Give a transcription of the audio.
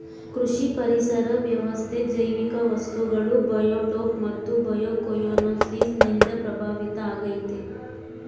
ಕೃಷಿ ಪರಿಸರ ವ್ಯವಸ್ಥೆ ಜೈವಿಕ ವಸ್ತುಗಳು ಬಯೋಟೋಪ್ ಮತ್ತು ಬಯೋಕೊಯನೋಸಿಸ್ ನಿಂದ ಪ್ರಭಾವಿತ ಆಗೈತೆ